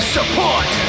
Support